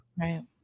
Right